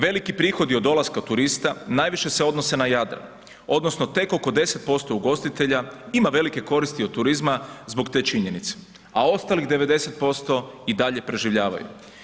Veliki prihodi od dolaska turista najviše se odnose na Jadran odnosno tek oko 10% ugostitelja ima velike koristi od turizma zbog te činjenice, a ostalih 90% i dalje preživljavaju.